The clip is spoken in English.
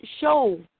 show